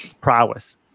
prowess